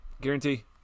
Guarantee